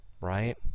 right